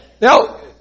Now